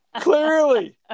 Clearly